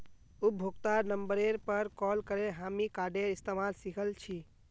उपभोक्तार नंबरेर पर कॉल करे हामी कार्डेर इस्तमाल सिखल छि